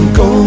go